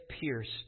pierced